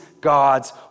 God's